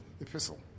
epistle